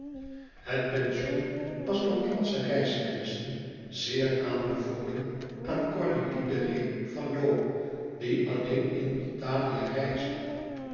het pension was door engelsche reiskennissen zeer aanbevolen aan cornélie de retz van loo die alleen in italië reisde